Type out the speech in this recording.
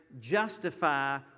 justify